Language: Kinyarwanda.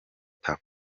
tuff